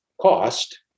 cost